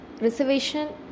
Reservation